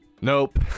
nope